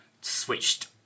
switched